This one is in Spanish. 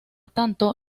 tanto